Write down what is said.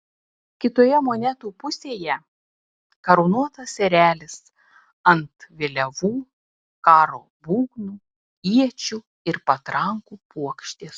kitoje monetų pusėje karūnuotas erelis ant vėliavų karo būgnų iečių ir patrankų puokštės